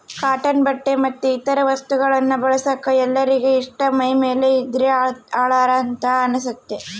cotton ಬಟ್ಟೆ ಮತ್ತೆ ಇತರ ವಸ್ತುಗಳನ್ನ ಬಳಸಕ ಎಲ್ಲರಿಗೆ ಇಷ್ಟ ಮೈಮೇಲೆ ಇದ್ದ್ರೆ ಹಳಾರ ಅಂತ ಅನಸ್ತತೆ